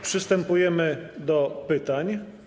Przystępujemy do pytań.